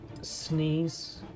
sneeze